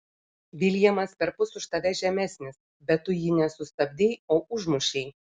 viljamas perpus už tave žemesnis bet tu jį ne sustabdei o užmušei